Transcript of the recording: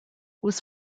was